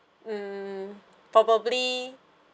hmm probably